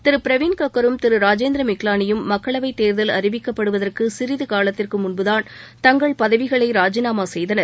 திரு பிரவீண் கக்கரும் திரு ராஜேந்திர மிக்வானியும் மக்களவை தேர்தல் அறிவிக்கப்படுவதற்கு சிறிது காலத்திற்கு முன்புதான் தங்கள் பதவிகளை ராஜினாமா செய்தனர்